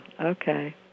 okay